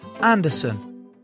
Anderson